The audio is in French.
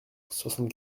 soixante